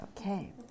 Okay